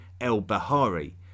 el-Bahari